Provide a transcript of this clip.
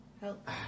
help